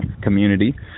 community